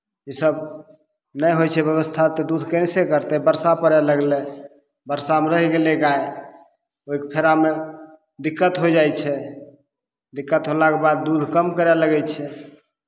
ईसब नहि होइ छै बेबस्था तऽ दूध कइसे करतै बरसा पड़ै लागलै बरसामे रहि गेलै गाइ ओहिके फेरामे दिक्कत होइ जाइ छै दिक्कत होलाके बाद दूध कम करै लागै छै